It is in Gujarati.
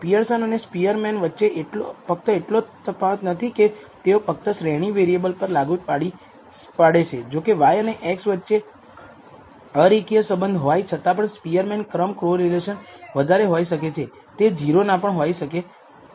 પિઅરસન અને સ્પીઅરમેન વચ્ચે ફક્ત એટલો જ તફાવત નથી કે તેઓ ફક્ત શ્રેણી વેરિએબલ પર જ લાગુ પડે છે જોકે y અને x વચ્ચે અરેખીય સંબંધ હોય છતાં પણ સ્પીઅરમેન ક્રમ કોરિલેશન વધારે હોઈ શકે છે તે 0 ના પણ હોઈ શકે